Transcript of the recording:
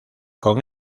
con